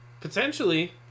Potentially